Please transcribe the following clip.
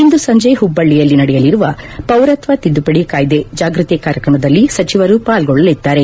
ಇಂದು ಸಂಜೆ ಹುಬ್ಬಳ್ಳಿಯಲ್ಲಿ ನಡೆಯಲಿರುವ ಪೌರತ್ವ ತಿದ್ದುಪದಿ ಕಾಯ್ದೆ ಜಾಗ್ಪತಿ ಕಾರ್ಯಕ್ರಮದಲ್ಲಿ ಸಚಿವರು ಪಾಲ್ಗೊಳ್ಳಲಿದ್ದಾರೆ